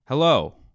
Hello